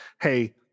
hey